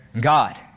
God